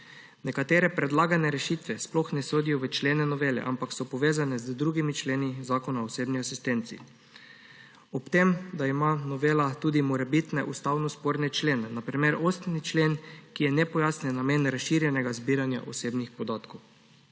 nekatere predlagane rešitve sploh ne sodijo v člene novele, ampak so povezane z drugimi členi Zakona o osebni asistenci. Ob tem, da ima novela tudi morebitne ustavno sporne člene, na primer 8. člen, kjer je nepojasnjen namen razširjenega zbiranja osebnih podatkov.